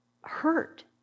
hurt